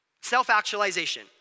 self-actualization